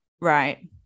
Right